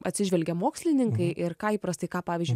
atsižvelgia mokslininkai ir ką įprastai ką pavyzdžiui